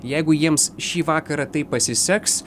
jeigu jiems šį vakarą taip pasiseks